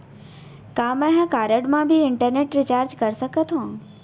का मैं ह कारड मा भी इंटरनेट रिचार्ज कर सकथो